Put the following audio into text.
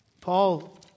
Paul